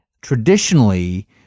Traditionally